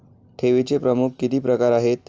ठेवीचे प्रमुख किती प्रकार आहेत?